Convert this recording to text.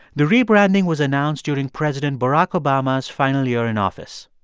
the rebranding was announced during president barack obama's final year in office.